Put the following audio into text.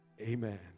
Amen